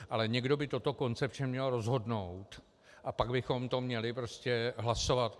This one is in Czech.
Ale někdo by toto koncepčně měl rozhodnout a pak bychom to měli hlasovat.